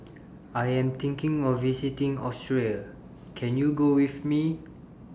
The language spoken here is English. I Am thinking of visiting Austria Can YOU Go with Me